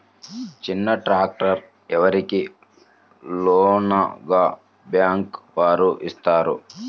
చిన్న ట్రాక్టర్ ఎవరికి లోన్గా బ్యాంక్ వారు ఇస్తారు?